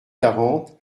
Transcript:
quarante